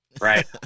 right